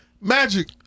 Magic